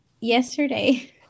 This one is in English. yesterday